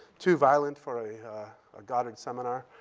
too violent for a ah goddard seminar.